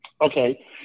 Okay